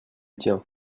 tien